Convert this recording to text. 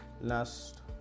last